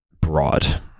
broad